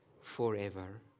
forever